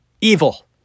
Evil